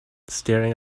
staring